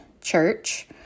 church